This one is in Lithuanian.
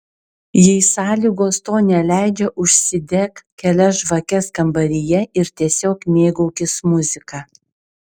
jei sąlygos to neleidžia užsidek kelias žvakes kambaryje ir tiesiog mėgaukis muzika